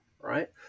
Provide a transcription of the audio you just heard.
right